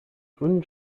grünen